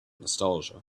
nostalgia